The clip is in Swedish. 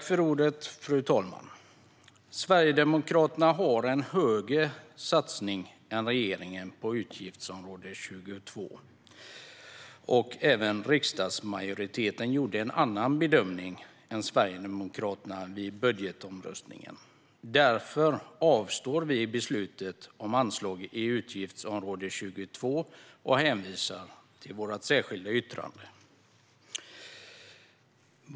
Fru talman! Sverigedemokraterna har en större satsning än regeringen på utgiftsområde 22, och riksdagsmajoriteten gjorde en annan bedömning än Sverigedemokraterna vid budgetomröstningen. Därför avstår vi från att delta i beslutet om anslag för utgiftsområde 22 och hänvisar till vårt särskilda yttrande.